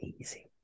easy